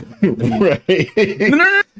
Right